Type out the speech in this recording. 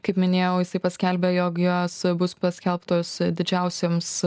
kaip minėjau jisai paskelbė jog jos bus paskelbtos didžiausiems